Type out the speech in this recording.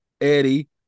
Eddie